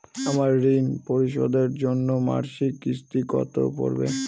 আমার ঋণ পরিশোধের জন্য মাসিক কিস্তি কত পড়বে?